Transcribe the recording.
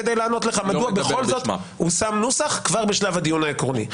כדי לענות לך מדוע בכל זאת הושם נוסח כבר בשלב הדיון העקרוני.